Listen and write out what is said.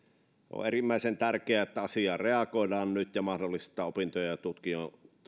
on äärimmäisen tärkeää että asiaan reagoidaan nyt ja mahdollistetaan opintojen ja tutkintojen